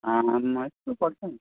आमामा यत्रो पर्छ